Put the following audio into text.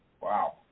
Wow